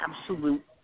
absolute